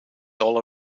all